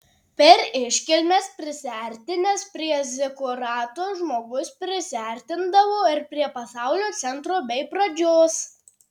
per iškilmes prisiartinęs prie zikurato žmogus prisiartindavo ir prie pasaulio centro bei pradžios